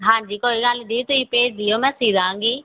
ਹਾਂਜੀ ਕੋਈ ਗੱਲ ਨਹੀਂ ਦੀਦੀ ਤੁਸੀਂ ਭੇਜ ਦੀਓ ਮੈਂ ਸਿਓ ਦਾਂਗੀ